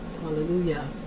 Hallelujah